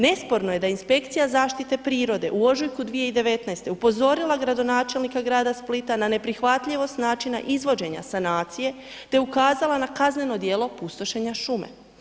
Nesporno je Inspekcija zaštite prirode u ožujku 2019. upozorila gradonačelnika grada Splita na neprihvatljivost načina izvođenja sanacije te ukazala na kazneno djelo pustošenja šume.